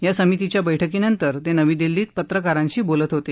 या समितीच्या बैठकीनंतर ते नवी दिल्लीत पत्रकारांशी बोलत होते